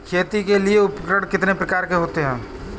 खेती के लिए उपकरण कितने प्रकार के होते हैं?